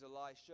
Elisha